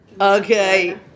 Okay